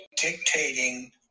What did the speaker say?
dictating